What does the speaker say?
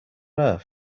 earth